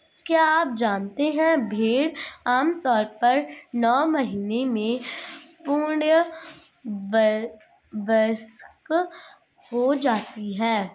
क्या आप जानते है भेड़ आमतौर पर नौ महीने में पूर्ण वयस्क हो जाती है?